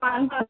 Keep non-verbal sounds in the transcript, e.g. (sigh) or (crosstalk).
(unintelligible)